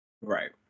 right